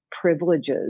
privileges